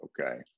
Okay